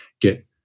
get